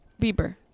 Bieber